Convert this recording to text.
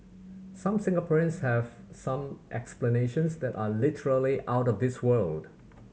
some Singaporeans have some explanations that are literally out of this world